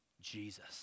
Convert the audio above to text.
Jesus